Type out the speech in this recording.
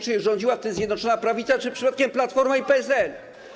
Czy rządziła wtedy Zjednoczona Prawica, czy przypadkiem Platforma i PSL?